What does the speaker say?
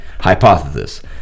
hypothesis